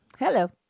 Hello